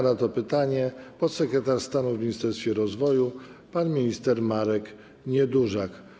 Na to pytanie odpowie podsekretarz stanu w Ministerstwie Rozwoju pan minister Marek Niedużak.